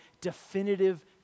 definitive